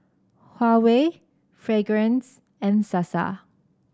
Huawei Fragrance and Sasa